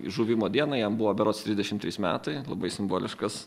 žuvimo dieną jam buvo berods trisdešimt trys metai labai simboliškas